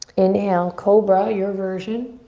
inhale, cobra, your version.